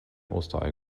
osterei